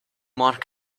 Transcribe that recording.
mark